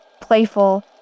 playful